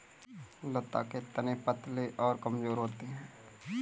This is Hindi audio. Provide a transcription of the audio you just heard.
लता के तने पतले और कमजोर होते हैं